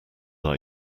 are